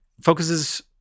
focuses